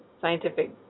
scientific